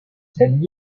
ten